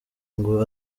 ngo